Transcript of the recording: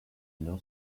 know